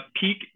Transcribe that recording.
peak